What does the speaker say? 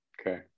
Okay